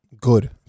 Good